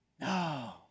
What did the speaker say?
No